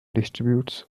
distributes